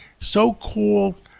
so-called